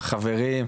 החברים,